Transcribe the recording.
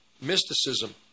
mysticism